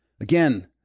Again